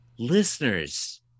listeners